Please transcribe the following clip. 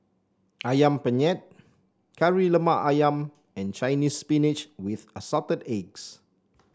ayam Penyet Kari Lemak ayam and Chinese Spinach with Assorted Eggs